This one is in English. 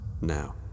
now